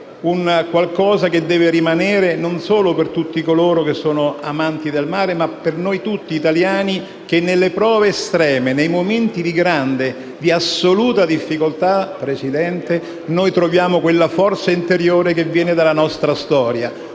un qualcosa che deve rimanere non solo per tutti coloro che sono amanti del mare, ma per noi tutti italiani, che nelle prove estreme, nei momenti di grande e di assoluta difficoltà, signor Presidente, troviamo quella forza interiore che viene dalla nostra storia.